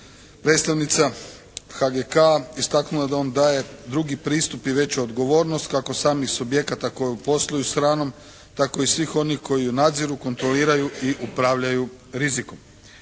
predstavnica HGK istaknula je da on daje drugi pristup i veću odgovornost kako samih subjekata koji posluju sa hranom tako i svih onih koji ju nadziru, kontroliraju i upravljaju rizikom.